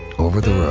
over the